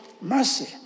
mercy